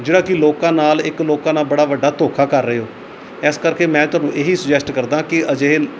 ਜਿਹੜਾ ਕਿ ਲੋਕਾਂ ਨਾਲ ਇੱਕ ਲੋਕਾਂ ਨਾਲ ਬੜਾ ਵੱਡਾ ਧੋਖਾ ਕਰ ਰਹੇ ਹੋ ਇਸ ਕਰਕੇ ਮੈਂ ਤੁਹਾਨੂੰ ਇਹੀ ਸੁਜੈਸਟ ਕਰਦਾਂ ਕਿ ਅਜਿਹੇ